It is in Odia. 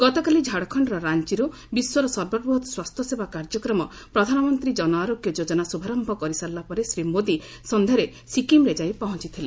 ଗତକାଲି ଝାଡ଼ଖଣ୍ଡର ରାଞ୍ଚରୁ ବିଶ୍ୱର ସର୍ବବୃହତ ସ୍ୱାସ୍ଥ୍ୟସେବା କାର୍ଯ୍ୟକ୍ରମ ପ୍ରଧାନମନ୍ତ୍ରୀ ଜନ ଆରୋଗ୍ୟ ଯୋଜନା ଶୁଭାରମ୍ଭ କରିସାରିଲା ପରେ ଶ୍ରୀ ମୋଦି ସନ୍ଧ୍ୟାରେ ସିକ୍ରିମ୍ରେ ଯାଇ ପହଞ୍ଚଥିଲେ